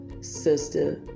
sister